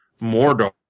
Mordor